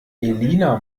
elina